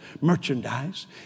merchandise